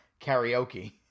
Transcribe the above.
karaoke